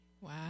Wow